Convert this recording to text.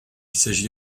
s’agit